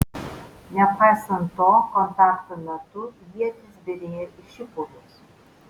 nepaisant to kontakto metu ietys byrėjo į šipulius